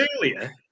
earlier